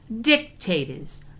dictators